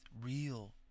real